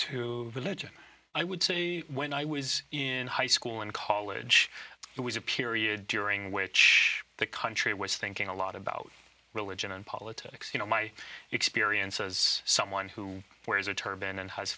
who religion i would say when i was in high school and college there was a period during which the country was thinking a lot about religion and politics you know my experience as someone who wears a turban and h